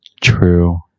True